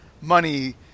money